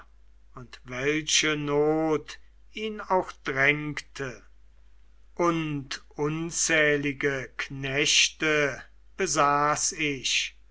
und welche not ihn auch drängte und unzählige knechte besaß ich